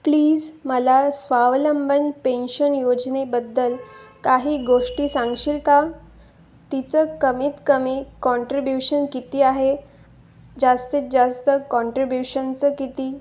please मला Swavalamban pension योजनेबद्दल काही गोष्टी सांगशील का तिचं कमीत कमी कॉनट्रिब्युशन किती आहे जास्तीत जास्त कॉनट्रिब्युशनचं किती